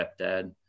stepdad